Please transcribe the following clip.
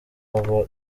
baba